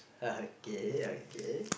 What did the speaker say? okay okay